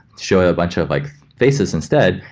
show a bunch of like faces instead,